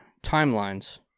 timelines